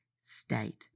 state